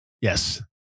Yes